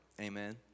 amen